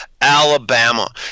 Alabama